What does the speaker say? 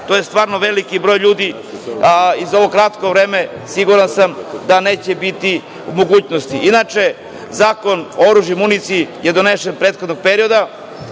to je veliki broj ljudi, a za ovo kratko vreme, siguran sam da neće biti mogućnosti. Inače, Zakon o oružju i municiji je donet u prethodnom periodu.